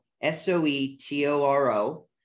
S-O-E-T-O-R-O